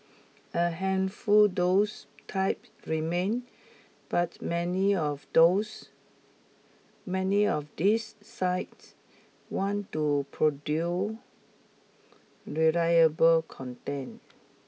a handful those type remain but many of those many of these sites want to produce reliable content